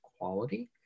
quality